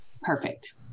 perfect